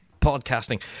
Podcasting